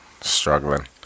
struggling